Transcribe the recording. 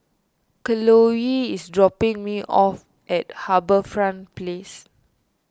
Chloie is dropping me off at HarbourFront Place